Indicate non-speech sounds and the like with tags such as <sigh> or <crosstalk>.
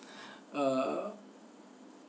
<breath> uh